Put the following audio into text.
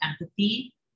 empathy